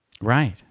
Right